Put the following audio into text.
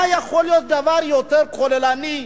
מה יכול להיות דבר יותר כוללני,